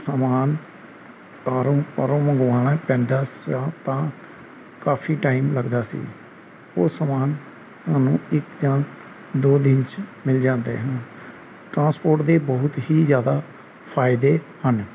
ਸਮਾਨ ਤਾਰੋ ਬਾਹਰੋਂ ਮੰਗਵਾਉਣਾ ਪੈਂਦਾ ਸੀਗਾ ਤਾਂ ਕਾਫੀ ਟਾਈਮ ਲੱਗਦਾ ਸੀ ਉਹ ਸਮਾਨ ਸਾਨੂੰ ਇੱਕ ਜਾਂ ਦੋ ਦਿਨ 'ਚ ਮਿਲ ਜਾਂਦਾ ਹੈ ਟਰਾਂਸਪੋਰਟ ਦੇ ਬਹੁਤ ਹੀ ਜ਼ਿਆਦਾ ਫਾਇਦੇ ਹਨ